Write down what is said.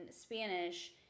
Spanish